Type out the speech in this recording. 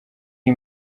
iyi